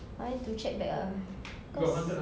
I need to check back ah cause